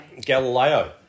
Galileo